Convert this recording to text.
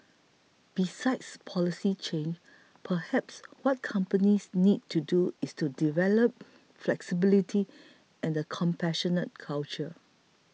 besides policy change perhaps what companies need to do is to develop flexibility and a compassionate culture